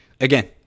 Again